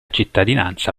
cittadinanza